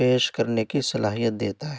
پیش کرنے کی صلاحیت دیتا ہے